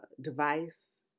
device